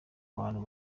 abantu